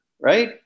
right